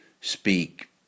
speak